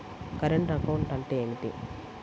Current account అంటే ఏమిటి?